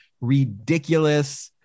ridiculous